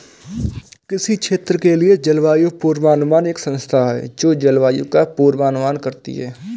किसी क्षेत्र के लिए जलवायु पूर्वानुमान एक संस्था है जो जलवायु का पूर्वानुमान करती है